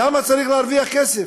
למה צריך להרוויח כסף?